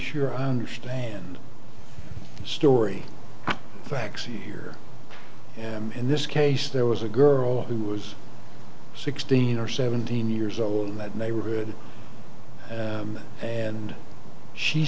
sure i understand the story facts here and in this case there was a girl who was sixteen or seventeen years old in that neighborhood and she